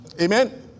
Amen